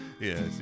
Yes